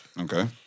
Okay